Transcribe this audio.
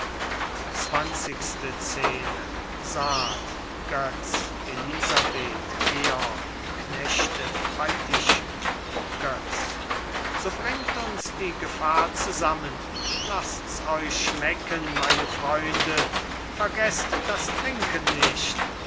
götz elisabeth georg knechte bei tische götz so bringt uns die gefahr zusammen laßt's euch schmecken meine freunde vergeßt das trinken nicht